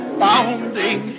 bounding